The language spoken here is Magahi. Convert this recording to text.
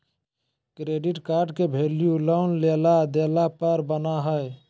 क्रेडिट कार्ड के वैल्यू लोन लेला देला पर बना हइ